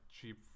cheap